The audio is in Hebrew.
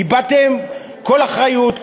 איבדתם כל אחריות.